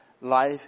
life